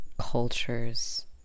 cultures